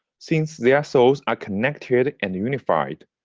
since their souls are connected and unified.